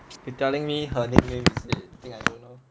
you telling me her nicknames is it think I don't know